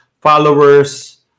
followers